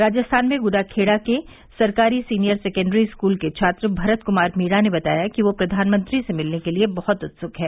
राजस्थान में गुडा खेड़ा के सरकारी सीनियर सैकेंड्री स्कूल के छात्र भरत कुमार मीणा ने बताया कि वह प्रधानमंत्री से मिलने के लिए बहुत उत्सुक है